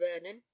vernon